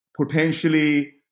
potentially